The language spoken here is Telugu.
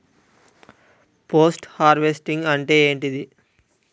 పోస్ట్ హార్వెస్టింగ్ అంటే ఏంటిది?